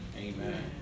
Amen